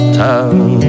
town